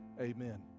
Amen